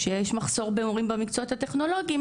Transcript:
כשיש מחסור במורים במקצועות הטכנולוגיים